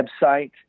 website